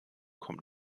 kommt